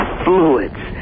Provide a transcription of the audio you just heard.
fluids